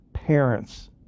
parents